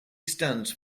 stands